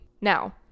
Now